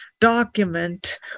document